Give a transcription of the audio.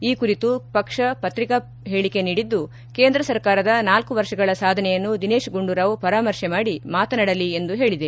ಈ ಕುರಿತು ಪಕ್ಷ ಪತ್ರಿಕಾ ಹೇಳಿಕೆ ನೀಡಿದ್ದು ಕೇಂದ್ರ ಸರ್ಕಾರದ ನಾಲ್ಕು ವರ್ಷಗಳ ಸಾಧನೆಯನ್ನು ದಿನೇಶ್ ಗುಂಡೂರಾವ್ ಪರಾಮರ್ಶೆ ಮಾದಿ ಮಾತನಾಡಲಿ ಎಂದು ಹೇಳಿದೆ